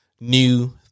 new